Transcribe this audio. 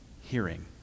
hearing